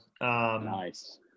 Nice